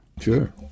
Sure